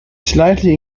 slightly